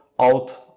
out